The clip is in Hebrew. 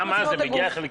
גם אז, זה מגיע חלקי.